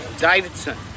Davidson